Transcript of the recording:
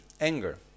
anger